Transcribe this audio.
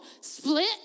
split